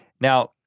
Now